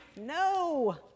No